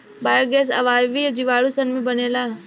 biogas अवायवीय जीवाणु सन से बनेला